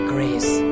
Grace